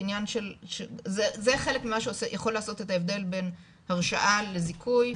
זה חלק ממה שיכול לעשות את ההבדל בין הרשאה לזיכוי,